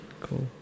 cool